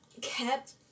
kept